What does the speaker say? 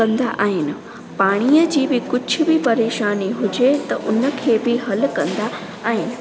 कंदा आहिनि पाणीअ जी बि कुझ बि परेशानी हुजे त उन खे बि हल कंदा आहिनि